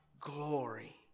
glory